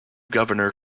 governor